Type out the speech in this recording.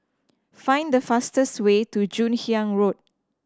find the fastest way to Joon Hiang Road